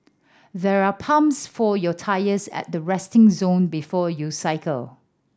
there are pumps for your tyres at the resting zone before you cycle